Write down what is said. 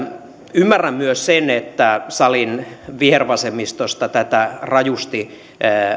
ymmärrän myös sen että salin vihervasemmistosta tätä rajusti